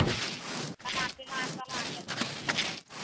खाना पीना केना की छै